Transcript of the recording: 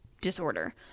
disorder